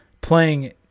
playing